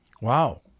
Wow